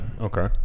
Okay